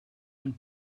and